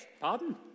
Pardon